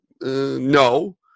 no